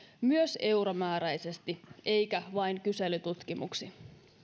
myös euromääräisesti eikä vain kyselytutkimuksin